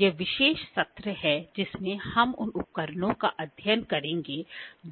यह विशेष सत्र है जिसमें हम उन उपकरणों का अध्ययन करेंगे